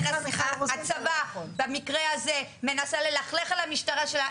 הצבא במקרה הזה מנסה ללכלך על המשטרה שלנו,